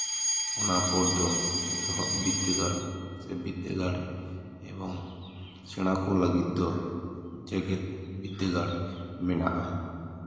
ᱚᱱᱟ ᱯᱚᱨ ᱫᱚ ᱮᱛᱚᱦᱚᱵ ᱵᱤᱫᱽᱫᱟᱹᱜᱟᱲ ᱥᱮ ᱵᱤᱫᱽᱫᱟᱹᱜᱟᱲ ᱮᱵᱚᱝ ᱥᱮᱬᱟ ᱠᱚ ᱞᱟᱹᱜᱤᱫ ᱫᱚ ᱡᱮᱜᱮᱫ ᱵᱤᱫᱽᱫᱟᱹᱜᱟᱲ ᱢᱮᱱᱟᱜᱼᱟ